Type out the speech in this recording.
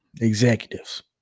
executives